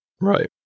Right